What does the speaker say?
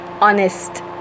honest